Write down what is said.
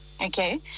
okay